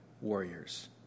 warriors